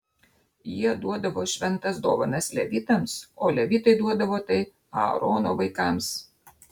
jie duodavo šventas dovanas levitams o levitai duodavo tai aarono vaikams